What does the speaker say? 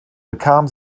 bekam